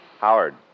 Howard